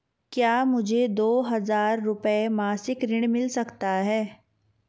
क्या मुझे दो हज़ार रुपये मासिक ऋण मिल सकता है?